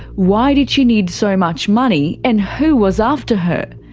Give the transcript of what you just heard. why did she need so much money? and who was after her?